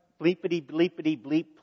bleepity-bleepity-bleep